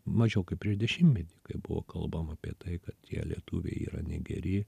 mažiau kaip prieš dešimtmetį kai buvo kalbama apie tai kad tie lietuviai yra negeri